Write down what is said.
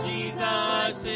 Jesus